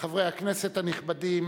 דברי הכנסת חוברת ב' ישיבה ר"פ הישיבה